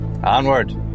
Onward